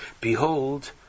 Behold